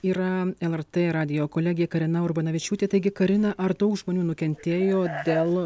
yra lrt radijo kolegė karina urbanavičiūtė taigi karina ar daug žmonių nukentėjo dėl